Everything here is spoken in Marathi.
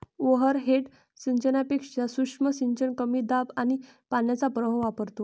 ओव्हरहेड सिंचनापेक्षा सूक्ष्म सिंचन कमी दाब आणि पाण्याचा प्रवाह वापरतो